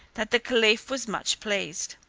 that the caliph was much pleased.